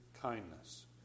kindness